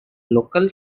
local